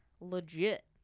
legit